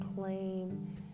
claim